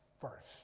first